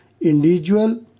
individual